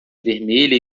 vermelha